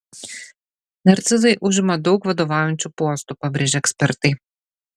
narcizai užima daug vadovaujančių postų pabrėžia ekspertai